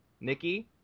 Nikki